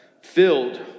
filled